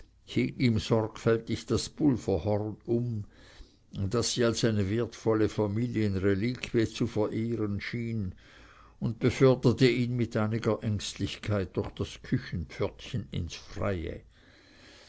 sorgfältig das pulverhorn um das sie als eine wertvolle familienreliquie zu verehren schien und beförderte ihn mit einiger ängstlichkeit durch das küchenpförtchen ins freie